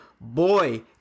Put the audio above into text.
boy